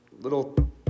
little